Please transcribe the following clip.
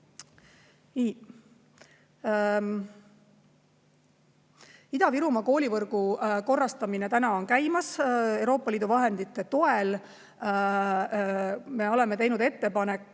Ida-Virumaa koolivõrgu korrastamine on käimas Euroopa Liidu vahendite toel. Me oleme Kohtla-Järve